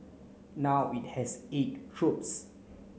now it has eight troops